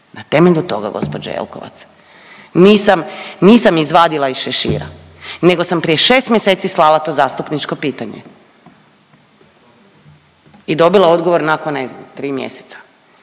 Na temelju toga gospođo Jelkovac. Nisam, nisam je izvadila iz šešira nego sam prije 6 mjeseci slala to zastupničko pitanje i dobila odgovor nakon ne znam 3 mjeseca.